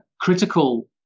critical